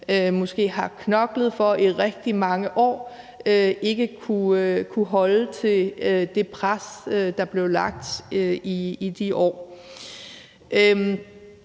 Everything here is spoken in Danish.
måske har knoklet for i rigtig mange år, ikke kunne holde til det pres, der blev lagt i de år.